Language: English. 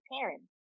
parents